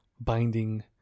binding